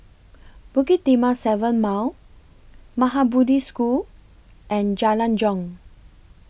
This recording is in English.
Bukit Timah seven Mile Maha Bodhi School and Jalan Jong